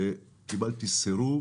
וקיבלתי סירוב